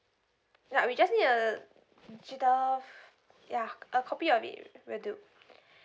ya we just need a digital ya a copy of it will do